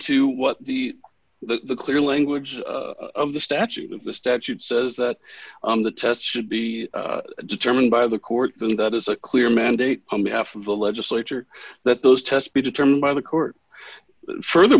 to what the clear language of the statute of the statute says that the test should be determined by the court then that is a clear mandate i'm half of the legislature that those tests be determined by the court further